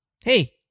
Hey